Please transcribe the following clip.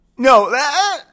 No